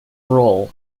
role